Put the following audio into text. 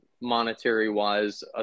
monetary-wise